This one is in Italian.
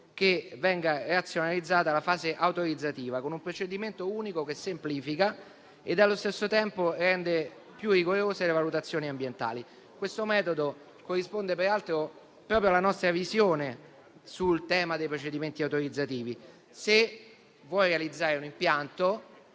che venga razionalizzata la fase autorizzativa, con un procedimento unico che semplifica e allo stesso tempo rende più rigorose le valutazioni ambientali. Questo metodo corrisponde peraltro proprio alla nostra visione sul tema dei procedimenti autorizzativi: se vuoi realizzare un impianto,